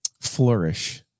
flourish